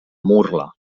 murla